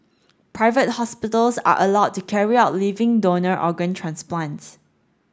private hospitals are allowed to carry out living donor organ transplants